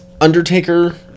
Undertaker